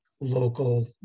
local